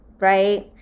Right